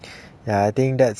ya I think that's